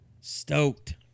stoked